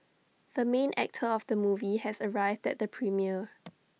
the main actor of the movie has arrived at the premiere